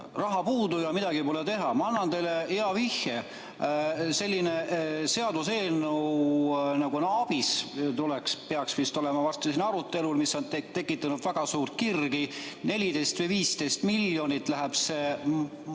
raha puudu ja midagi pole teha. Ma annan teile hea vihje. Selline seaduseelnõu nagu ABIS peaks vist olema varsti siin arutelul, see on tekitanud väga suuri kirgi. 14 või 15 miljonit läheb see